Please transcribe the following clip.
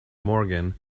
morgan